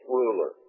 ruler